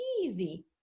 easy